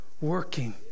working